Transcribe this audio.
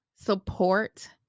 support